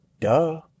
duh